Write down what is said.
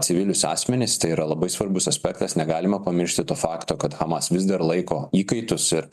civilius asmenis tai yra labai svarbus aspektas negalima pamiršti to fakto kad hamas vis dar laiko įkaitus ir